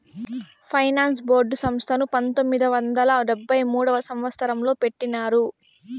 finance board సంస్థను పంతొమ్మిది వందల డెబ్భై మూడవ సంవచ్చరంలో పెట్టినారు